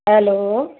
hello